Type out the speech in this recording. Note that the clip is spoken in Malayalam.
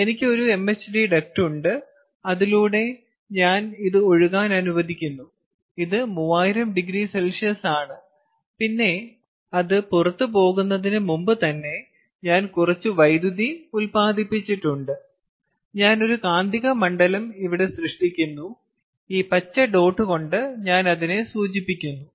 ഇപ്പോൾ എനിക്ക് ഒരു MHD ഡക്റ്റ് ഉണ്ട് അതിലൂടെ ഞാൻ ഇത് ഒഴുകാൻ അനുവദിക്കുന്നു ഇത് 3000oC ആണ് പിന്നെ അത് പുറത്തുപോകുന്നതിന് മുൻപ് തന്നെ ഞാൻ കുറച്ച് വൈദ്യുതി ഉൽപ്പാദിപ്പിച്ചിട്ടുണ്ട് ഞാൻ ഒരു കാന്തിക മണ്ഡലം ഇവിടെ സൃഷ്ടിക്കുന്നു ഈ പച്ച ഡോട്ട് കൊണ്ട് ഞാൻ അതിനെ സൂചിപ്പിക്കുന്നു